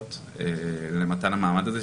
היסטוריות למתן המעמד הזה,